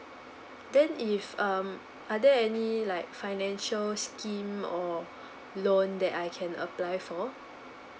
then if um are there any like financial scheme or loan that I can apply for